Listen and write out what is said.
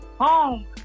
Home